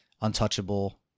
untouchable